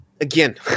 again